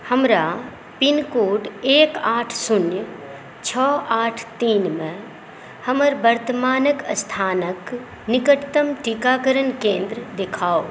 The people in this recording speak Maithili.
हमरा पिन कोड एक आठ शून्य छओ आठ तीन मे हमर वर्तमानके स्थानके निकटतम टीकाकरण केन्द्र देखाउ